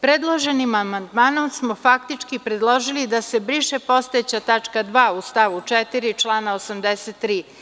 Predloženim amandmanom smo faktički predložili da se briše postojeća tačka 2. u stavu 4. člana 83.